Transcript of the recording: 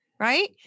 Right